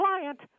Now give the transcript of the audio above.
client